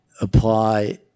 apply